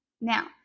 Now